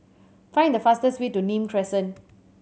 find the fastest way to Nim Crescent